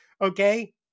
Okay